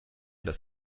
dass